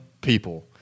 people